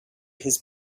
his